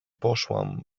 poszłam